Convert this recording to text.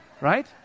Right